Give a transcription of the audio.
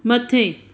मथे